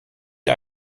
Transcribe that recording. die